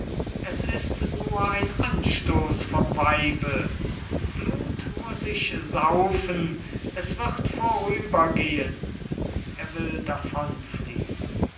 es ist nur ein anstoß vom weibe blut muß ich saufen es wird vorübergehen